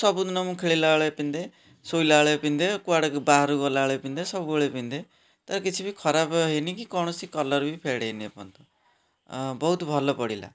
ସବୁଦିନ ମୁଁ ଖେଳିଲା ବେଳେ ପିନ୍ଧେ ଶୋଇଲା ବେଳେ ପିନ୍ଧେ କୁଆଡ଼େ ବାହାରକୁ ଗଲା ବେଳେ ବି ପିନ୍ଧେ ସବୁବେଳେ ପିନ୍ଧେ ତ କିଛି ବି ଖରାପ ହେଇନି କି କୌଣସି କଲର୍ ବି ଫେଡ଼୍ ହେଇନି ଏ ପର୍ଯ୍ୟନ୍ତ ବହୁତ ଭଲ ପଡ଼ିଲା